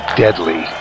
deadly